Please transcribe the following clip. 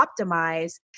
optimize